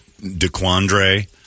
DeQuandre